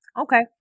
Okay